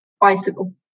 Bicycle